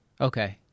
Okay